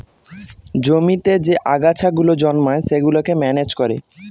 জমিতে যে আগাছা গুলো জন্মায় সেগুলোকে ম্যানেজ করে